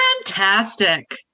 Fantastic